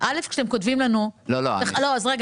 אני כל פעם